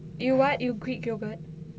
you what you greek yogurt